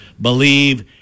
believe